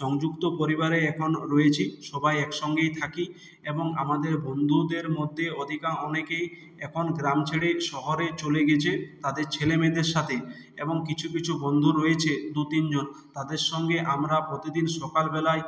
সংযুক্ত পরিবারে এখন রয়েছি সবাই একসঙ্গেই থাকি এবং আমাদের বন্ধুদের মধ্যে অধিকা অনেকেই এখন গ্রাম ছেড়ে শহরে চলে গেছে তাদের ছেলেমেয়েদের সাথে এবং কিছু কিছু বন্ধু রয়েছে দু তিনজন তাদের সঙ্গে আমরা প্রতিদিন সকালবেলায়